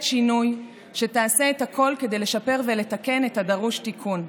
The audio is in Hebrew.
שינוי שתעשה את הכול כדי לשפר ולתקן את הדרוש תיקון.